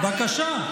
בבקשה.